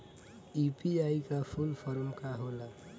UPI का full form का होला?